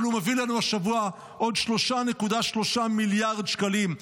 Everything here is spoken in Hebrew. אבל הוא מביא לנו השבוע עוד 3.3 מיליארד שקלים.